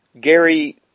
Gary